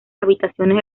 habitaciones